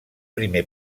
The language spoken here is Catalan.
primer